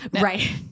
Right